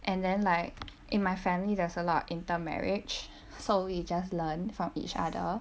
and then like in my family there's a lot of intermarriage so we just learn from each other